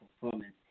performance